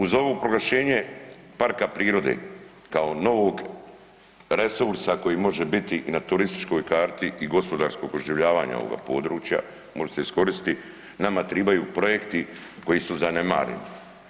Uz ovo proglašenje parka prirode kao novog resursa koji može biti na turističkoj karti i gospodarskoga oživljavanja ovoga područja, može se iskoristiti, nama trebaju projekti koji su zanemareni.